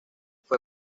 fue